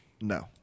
No